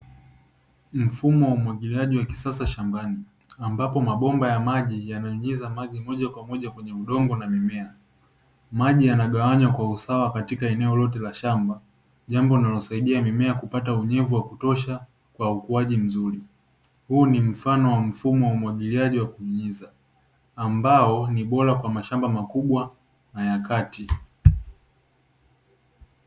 Mfumo wa umwagiliaji wa kisasa shambani, ambapo mabomba ya maji yanaingiza maji moja kwa moja kwenye udongo na mimea. Maji yanagawanywa kwa usawa katika eneo lote la shamba, jambo linalosaidia mimea kupata unyevu wa kutosha wa ukuaji mzuri. Huu ni mfano wa mfumo wa umwagiliaji wa kunyeza, ambao ni bora kwa mashamba makubwa na ya kati.